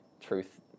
truth